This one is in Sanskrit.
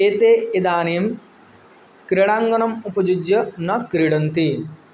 एते इदानीं क्रीडाङ्गनम् उपयुज्य न क्रीडन्ति